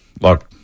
look